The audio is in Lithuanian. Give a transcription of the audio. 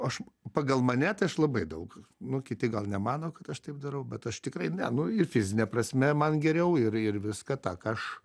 aš pagal mane tai aš labai daug nu kiti gal nemano kad aš taip darau bet aš tikrai ne nu ir fizine prasme man geriau ir ir viską tą ką aš